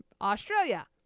Australia